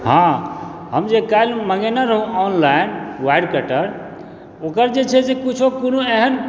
हँ हम जे काल्हि मङ्गेने रहौं ऑनलाइन वायर कटर ओकर जे छै से कुछो कोनो एहन